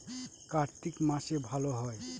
কার্তিক মাসে ভালো হয়?